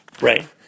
Right